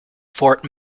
fort